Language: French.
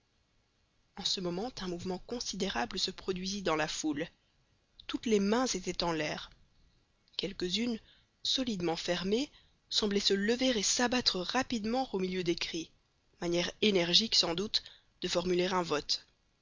en ce moment un mouvement considérable se produisit dans la foule toutes les mains étaient en l'air quelques-unes solidement fermées semblaient se lever et s'abattre rapidement au milieu des cris manière énergique sans doute de formuler un vote